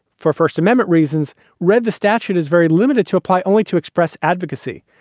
for first amendment reasons, read the statute is very limited to apply only to express advocacy.